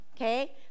okay